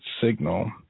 signal